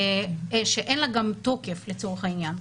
שאין לה גם תוקף לצורך העניין,